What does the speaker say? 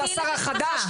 על השר החדש,